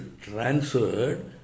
transferred